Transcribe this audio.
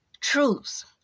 truths